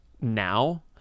now